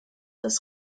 das